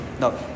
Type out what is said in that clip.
No